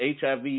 HIV